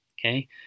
Okay